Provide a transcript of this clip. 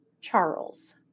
Charles